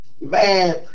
man